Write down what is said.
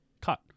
cut